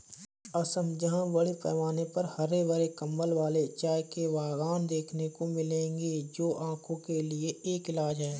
असम जहां बड़े पैमाने पर हरे भरे कंबल वाले चाय के बागान देखने को मिलेंगे जो आंखों के लिए एक इलाज है